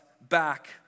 back